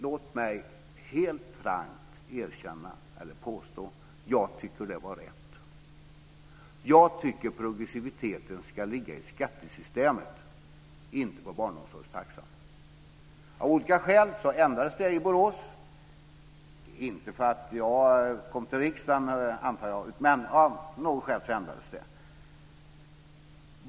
Låt mig helt frankt erkänna eller påstå: Jag tycker att det var rätt. Jag tycker att progressiviteten ska ligga i skattesystemet, inte på barnomsorgstaxan. Av olika skäl ändrades detta i Borås - inte för att jag kom till riksdagen, antar jag, men av något skäl skedde detta.